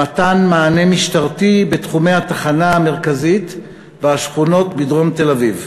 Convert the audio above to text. למתן מענה משטרתי בתחומי התחנה המרכזית והשכונות בדרום תל-אביב.